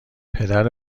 پدر